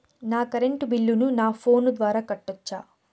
నా కరెంటు బిల్లును నా ఫోను ద్వారా కట్టొచ్చా?